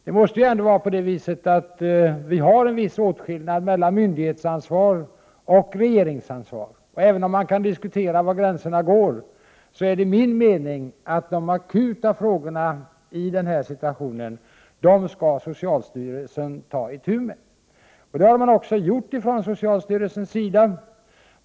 Vi har ju ändå en viss åtskillnad mellan myndighetsansvar och regeringsansvar, och även om man kan diskutera var gränserna går är det min mening att de akuta frågorna tillhör det som socialstyrelsen skall ta itu med. Det har man också gjort.